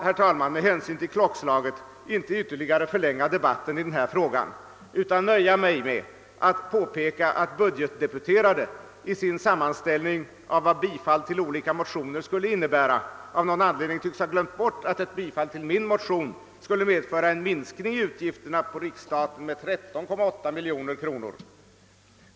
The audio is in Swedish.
Jag skall med hänsyn till klockslaget inte ytterligare förlänga debatten i denna fråga utan nöja mig med att påpeka att budgetdeputerade i sin sammanställning av vad bifall till olika motioner skulle innebära av någon anledning tycks ha glömt bort att ett bifall till min motion medför en minskning i utgifterna på riksstaten med 13,8 miljoner kronor.